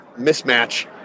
mismatch